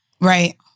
Right